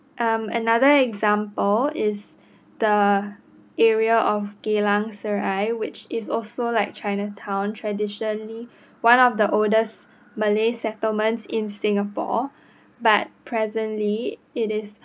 um another example is the area of geylang serai which is also like chinatown traditionally one of the oldest malay settlements in singapore but presently it is